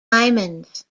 diamonds